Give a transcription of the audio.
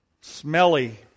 Smelly